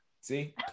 See